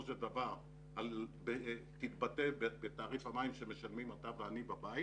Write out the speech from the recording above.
של דבר תתבטא בתעריף המים שמשלמים אתה ואני בבית